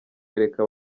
yereka